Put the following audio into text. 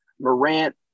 Morant